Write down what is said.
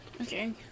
Okay